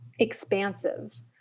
expansive